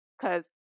cause